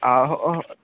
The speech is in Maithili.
आ